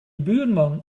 buurman